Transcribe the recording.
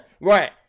Right